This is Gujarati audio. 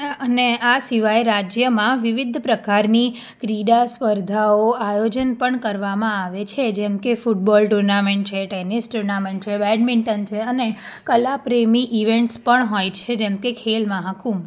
અને આ સિવાય રાજ્યમાં વિવિધ પ્રકારની ક્રિડા સ્પર્ધાઓ આયોજન પણ કરવામાં આવે છે જેમ કે ફૂટબોલ ટુર્નામેન્ટ છે ટેનિસ ટુર્નામેન્ટ છે બેડમિન્ટન છે અને કલાપ્રેમી ઇવેન્ટ્સ પણ હોય છે જેમ કે ખેલ મહાકુંભ